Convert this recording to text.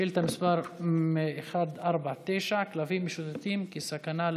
שאילתה מס' 149: כלבים משוטטים כסכנה לציבור.